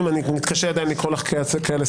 (קריאות) רבותיי, רבותיי.